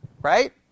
right